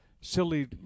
silly